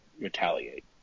retaliate